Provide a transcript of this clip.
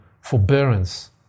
forbearance